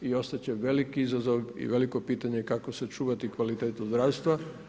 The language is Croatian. I osjeća veliki izazov i veliko pitanje kako sačuvati kvalitetu zdravstva.